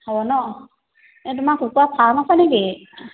হ'ব নহ্ এই তোমাৰ কুকুৰা ফাৰ্ম আছে নে কি